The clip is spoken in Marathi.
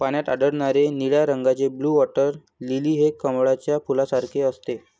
पाण्यात आढळणारे निळ्या रंगाचे ब्लू वॉटर लिली हे कमळाच्या फुलासारखे असते